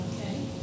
Okay